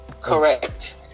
correct